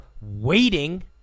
waiting